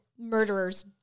Murderers